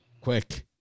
Quick